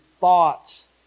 thoughts